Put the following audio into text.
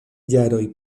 jaroj